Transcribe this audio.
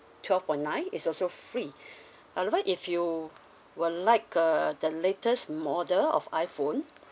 twelve point nine it's also free however if you would like uh the latest model of iphone